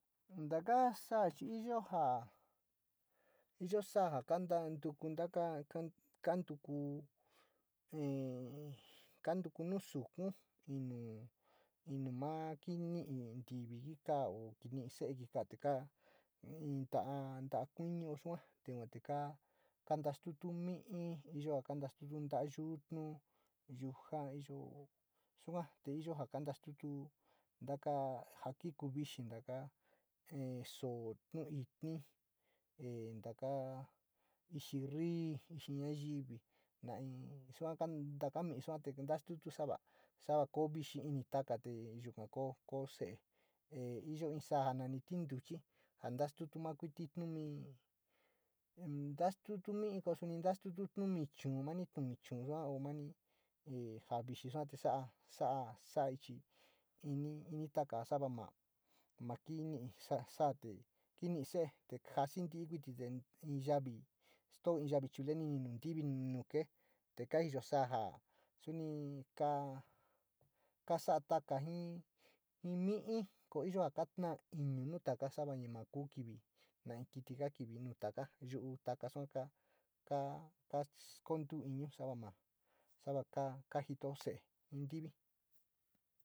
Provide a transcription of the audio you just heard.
Taka saa chi iyo jaa, iyo saa ja kantantuku kontuku in kantuku nu soku, inu, inu, ma kini´i ntivi jika o kiñi´i se´eti kanika in ta´a, in ta´a kuini o sua te vanti kaa, katastutu mi´i yo ja katastutu yutnu, yeji iyo sugate, iyo ja kañtos kiti jo kiti uxi, ñtoka soo nu ñtiñi e nte taka, ja jii, kiti naviji, ñu in soka taka ntii’, kasiti suya, saa koo uxi, ñu ñtostatu te yuka ku see, ñu ñti’ yuka ñtiñi, ntuchi tostatu nu ntiñi, chi ntiñi, ntuñi chuu ma ñuu ja kiti suu te sara, sa´a, sa´a jehi, ntoka nada ma ñu kiñii ñtatu, soloti kiñit, se’e nasi ntiñi, ja ñu ñuu ñu yaa chule ñtoti ñtiñi, ñu kee, te ka iyo saa’ jaa o suu ka kasada taka nu ntoti chi nu taka nu ntoka kasada kuu kivi nain kiti ka kivi nutaka yu´u taka sua kaa, ka kaskontuu nu sara ma sava kajito se’e ji ntivi.